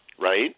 right